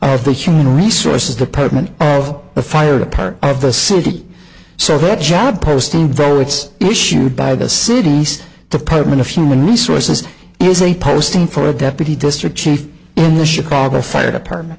of the human resources the postman of the fire the part of the city so that chad posting votes issued by the city's department of human resources is a posting for a deputy district chief in the chicago fire department